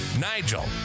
Nigel